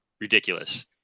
ridiculous